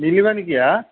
নিলীমা নেকি হা